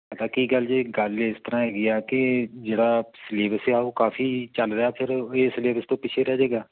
ਪਤਾ ਕੀ ਗੱਲ ਜੀ ਗੱਲ ਇਸ ਤਰ੍ਹਾਂ ਹੈਗੀ ਆ ਕਿ ਜਿਹੜਾ ਸਿਲੇਬਸ ਆ ਉਹ ਕਾਫੀ ਚੱਲ ਰਿਹਾ ਫਿਰ ਇਹ ਸਿਲੇਬਸ ਤੋਂ ਪਿੱਛੇ ਰਹਿ ਜਾਵੇਗਾ